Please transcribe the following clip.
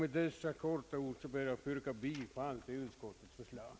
Med dessa ord ber jag att få yrka bifall till utskottets förslag.